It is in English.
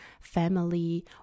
family